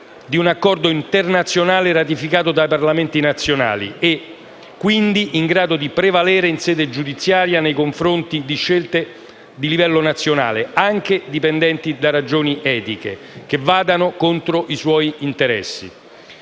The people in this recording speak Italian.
di un Accordo internazionale ratificato dai Parlamenti nazionali e quindi in grado di prevalere in sede giudiziaria nei confronti di scelte di livello nazionale, anche dipendenti da ragioni etiche che vadano contro i suoi interessi.